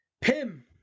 Pim